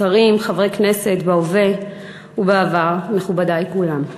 שרים, חברי כנסת בהווה ובעבר, מכובדי כולם,